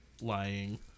lying